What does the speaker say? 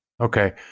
okay